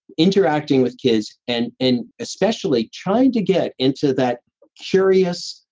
interacting with kids and, and especially trying to get into that curious,